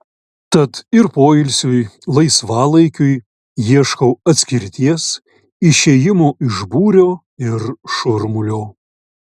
tad ir poilsiui laisvalaikiui ieškau atskirties išėjimo iš būrio ir šurmulio